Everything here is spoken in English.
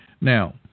Now